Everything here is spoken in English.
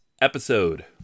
episode